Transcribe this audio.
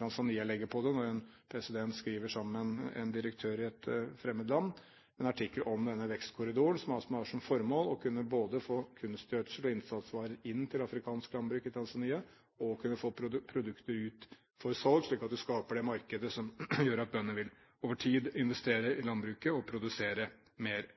Tanzania legger på dette, når en president skriver – sammen med en direktør i et fremmed land – en artikkel om denne vekstkorridoren, som har som formål å kunne få kunstgjødsel og innsatsvarer inn til afrikansk landbruk i Tanzania og å kunne få produktet ut for salg, slik at man skaper det markedet som gjør at bøndene over tid vil investere i landbruket og produsere mer.